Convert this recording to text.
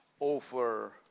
over